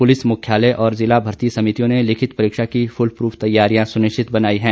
police मुख्यालय और ज़िला भर्ती समितियों ने लिखित परीक्षा की फुल फ्रूफ तैयारियां सुनिश्चित बनाई गई हैं